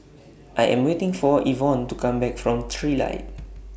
I Am waiting For Evonne to Come Back from Trilight